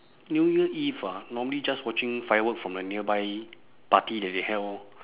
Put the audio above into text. new year eve ah normally just watching firework from a nearby party that they have orh